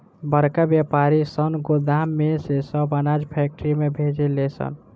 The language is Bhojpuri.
बड़का वायपारी सन गोदाम में से सब अनाज फैक्ट्री में भेजे ले सन